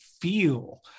feel